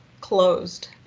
closed